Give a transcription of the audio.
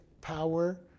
power